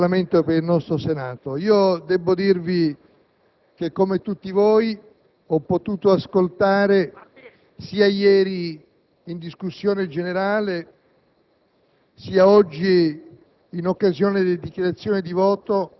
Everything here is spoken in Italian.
molto importante per il nostro Parlamento e per il nostro Senato; debbo dirvi che, come tutti voi, ho potuto ascoltare, sia ieri in discussione generale,